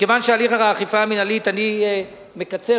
אני מקצר,